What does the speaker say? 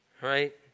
Right